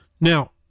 Now